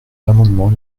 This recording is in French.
l’amendement